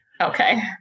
Okay